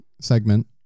segment